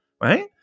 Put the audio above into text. right